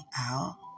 out